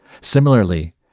Similarly